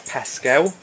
Pascal